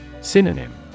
Synonym